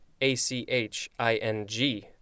a-c-h-i-n-g